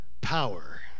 power